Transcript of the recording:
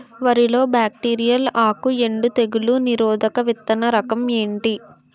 వరి లో బ్యాక్టీరియల్ ఆకు ఎండు తెగులు నిరోధక విత్తన రకం ఏంటి?